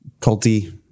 culty